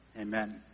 Amen